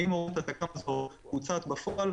האם הוראת התק"ם הזו מבוצעת בפועל?